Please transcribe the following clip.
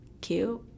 cute